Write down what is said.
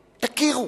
תכירו,